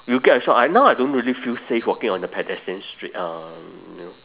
you get a shock I now I don't really feel safe walking on the pedestrian street um you know